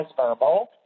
verbal